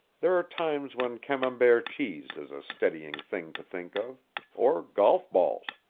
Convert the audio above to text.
there are times when camembert cheese is a steadying thing to think of or golf balls.